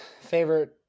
favorite